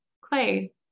clay